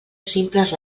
simples